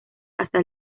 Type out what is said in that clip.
hasta